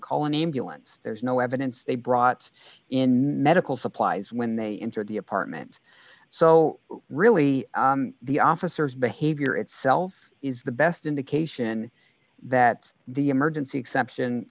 ambulance there's no evidence they brought in medical supplies when they entered the apartment so really the officers behavior itself is the best indication that the emergency exception